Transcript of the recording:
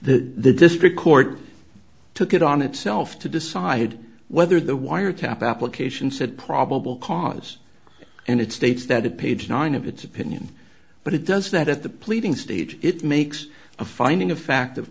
intercepted the district court took it on itself to decide whether the wiretap applications had probable cause and it states that it page nine of it's opinion but it does that at the pleading stage it makes a finding of fact of